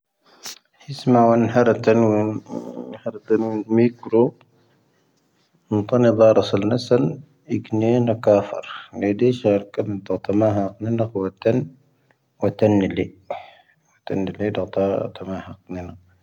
ⵀⵉⵣⵎⴰ ⵡⴰⵏ ⵀⴰⵔⴰⵜⴰⵏ, ⵡⴰⵏ ⵀⴰⵔⴰⵜⴰⵏ, ⵎⵉⴽⵔo,. ⵏⵏⵜⴰⵏⵉⴷⵀⴰ ⵔⴰⵙⴰⵏ ⵏⴰⵙoⵏ, ⵉⴽⵏⴻⵏⴻ ⴽⵀⴰⴰⴼⴰⵔ,. ⵏⴻⵏⴻ ⵙⵀⴰⵔⴽⴰⵎ ⵜ'ⴰⵜⴰⵎⴰ ⵀⴰⵇⵏⴻⵏⴻ ⴽⵡⴰⵜⴰⵏ,. ⵡⴰⵜⴰⵏ ⵏⵉⵍⵉ, ⵡⴰⵜⴰⵏ ⵏⵉⵍⵉ ⵜ'ⴰⵜⴰⴰ ⵜⴰⵎⴰ ⵀⴰⵇⵏⴻⵏⴻ.